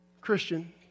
Christian